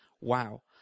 wow